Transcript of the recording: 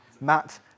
Matt